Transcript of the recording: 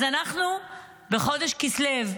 אז אנחנו בחודש כסלו,